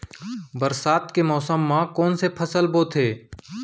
बरसात के मौसम मा कोन से फसल बोथे?